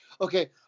Okay